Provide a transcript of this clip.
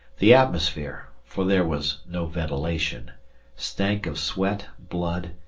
the atmosphere for there was no ventilation stank of sweat, blood,